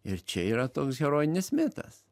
ir čia yra toks herojinis mitas